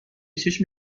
چشم